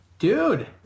Dude